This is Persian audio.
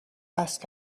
وصل